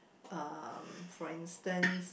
um for instance